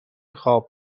خواب